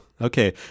okay